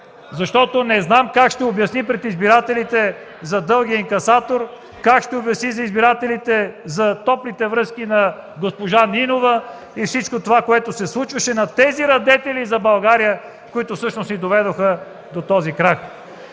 Защото не знам как ще обясни пред избирателите за дългия инкасатор, как ще обясни на избирателите за топлите връзки на госпожа Нинова и всичко онова, което се случваше на тези радетели за България, които всъщност я доведоха до този крах.